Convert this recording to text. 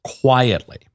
quietly